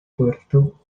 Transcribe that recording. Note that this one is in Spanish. puerto